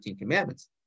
commandments